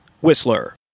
Whistler